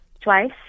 twice